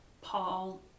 Paul